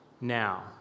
Now